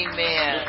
Amen